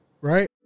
Right